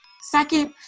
Second